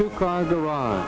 two car garage